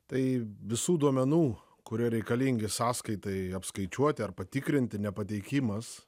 tai visų duomenų kurie reikalingi sąskaitai apskaičiuoti ar patikrinti nepateikimas